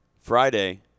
friday